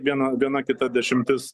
viena viena kitą dešimtis